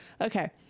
okay